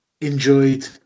enjoyed